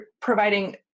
providing